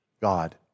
God